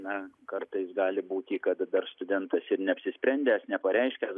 na kartais gali būti kad dar studentas ir neapsisprendęs nepareiškęs